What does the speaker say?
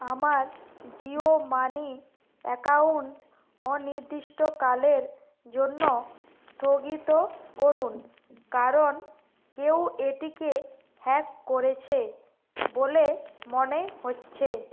আমার Jio money account অনির্দিষ্টকালের জন্য স্থগিত করুন কারণ কেউ এটিকে হ্যাক করেছে বলে মনে হচ্ছে